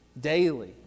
daily